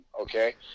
Okay